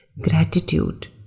gratitude